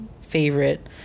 favorite